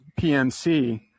PMC